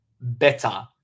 better